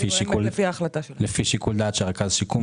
זה לפי שיקול דעת של רכז שיקום.